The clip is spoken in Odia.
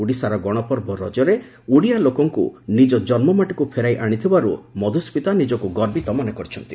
ଓଡ଼ିଶାର ଗଶପର୍ବ ରଜରେ ଓଡ଼ିଆ ଲୋକଙ୍କୁ ନିଜ ଜନ୍ମମାଟିକୁ ଫେରାଇ ଆଶିଥିବାରୁ ସେ ନିଜକୁ ଗର୍ବିତ ମନେକରିଛନ୍ତି